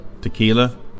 Tequila